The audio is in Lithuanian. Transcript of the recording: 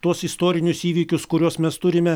tuos istorinius įvykius kuriuos mes turime